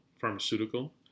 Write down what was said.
pharmaceutical